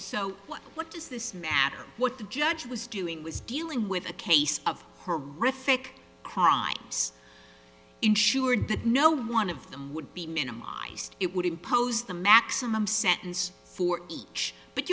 so what does this matter what the judge was doing was dealing with a case of horrific crimes ensured that no one of them would be minimized it would impose the maximum sentence for each but